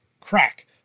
crack